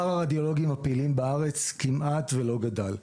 מספר הרדיולוגים הפעילים בארץ כמעט ולא גדל.